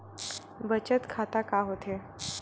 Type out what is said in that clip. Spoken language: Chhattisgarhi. बचत खाता का होथे?